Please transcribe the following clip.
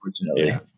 unfortunately